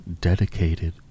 dedicated